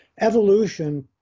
Evolution